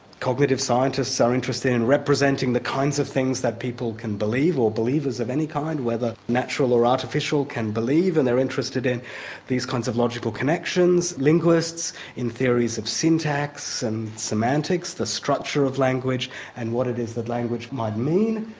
cognitive scientists are interested in representing the kinds of things that people can believe, or believers of any kind, whether natural or artificial, can believe and they're interested in these kinds of logical connections linguists in theories of syntax and semantics, the structure of language and what it is that language might mean,